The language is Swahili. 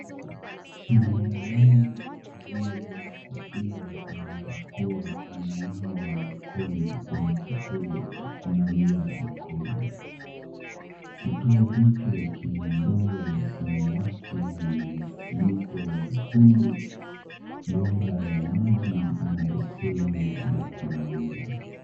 Mlinda lango aliyevaa kofia na barakoa ananawa mikono kwenye kituo cha kunawia mikono. Kituo hicho kina ndoo ya samawati yenye kifuniko mwekundu ,bomba la maji na beseni la kunawia.